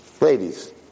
Ladies